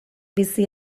bizi